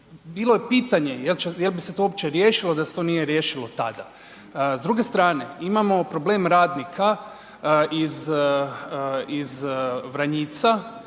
Bilo je pitanje je li bi se to uopće riješilo da se to nije riješilo tada. S druge strane, imamo problem radnika iz Vranjica